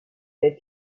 der